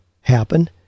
happen